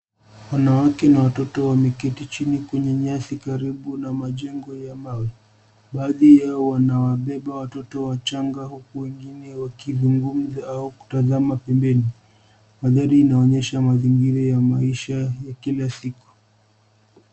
Wanawake na watoto wameketi chini kwenye nyasi karibu na majengo ya mawe. Baadhi yao wanawabeba watoto wachanga huku wengine wakizungumza au kutazama pembeni. Mandhari inaonyesha mazingira ya maisha ya kila siku.